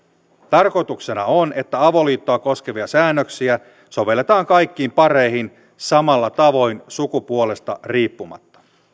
tarkoituksena on että avoliittoa koskevia säännöksiä sovelletaan kaikkiin pareihin samalla tavoin sukupuolesta riippumatta